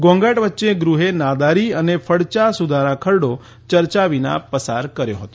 ઘોંઘાટ વચ્ચે ગૃહે નાદારી અને ફડયા સુધારા ખરડો ચર્ચા વિના પસાર કર્યો હતો